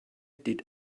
did